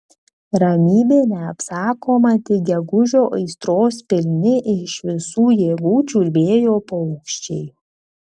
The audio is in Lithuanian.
ramybė neapsakoma tik gegužio aistros pilni iš visų jėgų čiulbėjo paukščiai